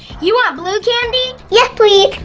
you want blue candy? yes please.